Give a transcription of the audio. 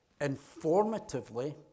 informatively